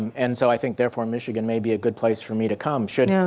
and so i think, therefore, michigan may be a good place for me to come should. yeah.